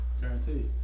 Guaranteed